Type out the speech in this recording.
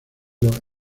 los